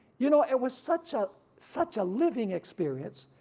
you know it was such ah such a living experience,